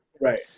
right